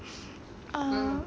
ah